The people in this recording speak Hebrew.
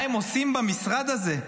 מה הם עושים במשרד הזה?